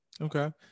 Okay